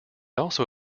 also